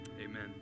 Amen